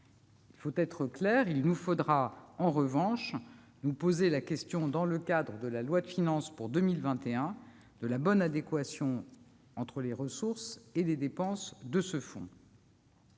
soyons clairs, il nous faudra nous poser la question, dans le cadre de la loi de finances pour 2021, de la bonne adéquation entre les ressources et les dépenses de ce fonds.